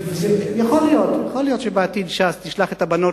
יכול להיות שבעתיד ש"ס תשלח את הבנות